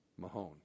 Mahone